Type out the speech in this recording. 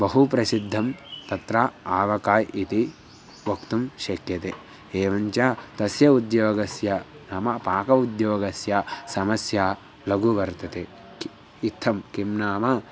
बहु प्रसिद्धं तत्र आवकाय् इति वक्तुं शक्यते एवञ्च तस्य उद्योगस्य नाम पाक उद्योगस्य समस्या लघ्वी वर्तते इत्थं किं नाम